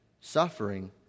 suffering